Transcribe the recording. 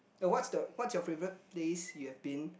uh what's the what's your favourite place you have been